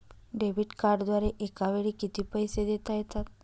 Debit कार्डद्वारे एकावेळी किती पैसे देता येतात?